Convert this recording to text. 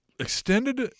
extended